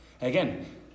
Again